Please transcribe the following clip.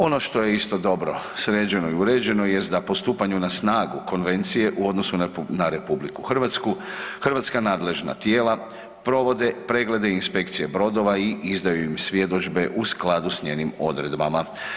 Ono što je isto dobro sređeno i uređeno jest da po stupanju na snagu konvencije, u odnosu na RH hrvatska nadležna tijela provode preglede i inspekcije brodova i izdaju im svjedodžbe u skladu sa njenim odredbama.